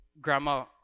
Grandma